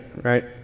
right